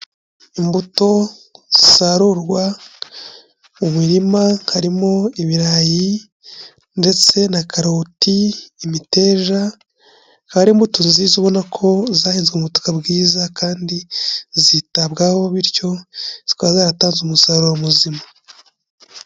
Imbuto zisarurwa mu mirima, harimo ibirayi ndetse na karoti, imiteja, akaba ari imbuto nziza ubona ko zahinzwe mu butaka bwiza kandi zitabwaho, bityo zikaba zaratanze umusaruro muzima.